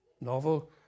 novel